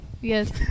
Yes